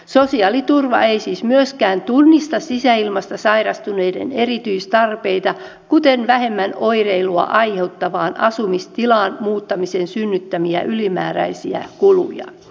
sosiaaliturva ei siis myöskään tunnista sisäilmasta sairastuneiden erityistarpeita kuten vähemmän oireilua aiheuttavaan asumistilaan muuttamisen synnyttämiä ylimääräisiä kuluja